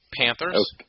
Panthers